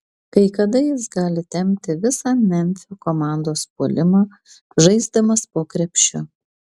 kai kada jis gali tempti visą memfio komandos puolimą žaisdamas po krepšiu